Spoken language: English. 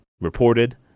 reported